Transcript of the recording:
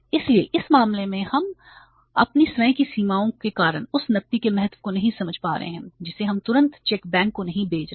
इसलिए इस मामले में हम अपनी स्वयं की सीमाओं के कारण उस नकदी के महत्व को नहीं समझ रहे हैं जिसे हम तुरंत चेक बैंक को नहीं भेज रहे हैं